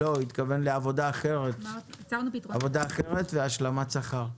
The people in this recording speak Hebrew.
היא התכוונה לעבודה אחרת והשלמת שכר.